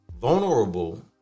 vulnerable